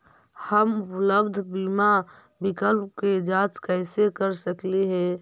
हम उपलब्ध बीमा विकल्प के जांच कैसे कर सकली हे?